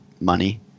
money